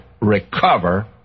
recover